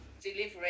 delivering